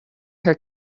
her